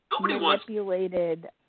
manipulated